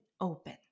open